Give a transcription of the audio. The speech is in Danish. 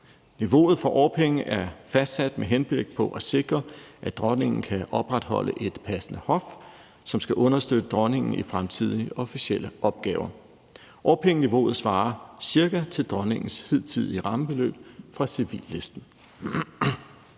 Niveauet for årpenge er fastsat med henblik på at sikre, at dronningen kan opretholde et passende hof, som skal understøtte dronningen i fremtidige officielle opgaver. Årpengeniveauet svarer cirka til dronningens hidtidige rammebeløb fra civillisten.